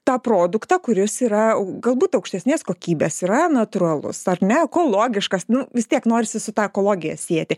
tą produktą kuris yra galbūt aukštesnės kokybės yra natūralus ar ne ekologiškas nu vis tiek norisi su ta ekologija sieti